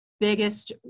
biggest